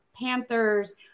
Panthers